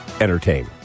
entertain